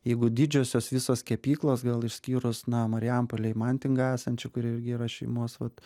jeigu didžiosios visos kepyklos gal išskyrus na marijampolėj mantingą esančią kuri irgi yra šeimos vat